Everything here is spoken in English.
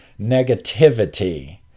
negativity